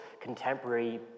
contemporary